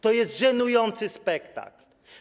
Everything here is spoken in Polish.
To jest żenujący spektakl.